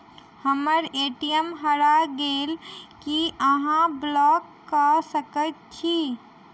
हम्मर ए.टी.एम हरा गेल की अहाँ ब्लॉक कऽ सकैत छी?